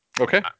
Okay